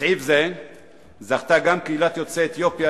בסעיף זה זכתה גם קהילת יוצאי אתיופיה